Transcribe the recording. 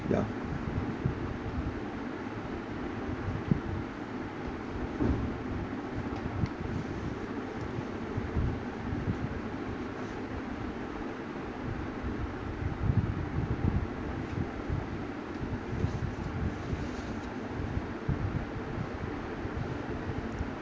yeah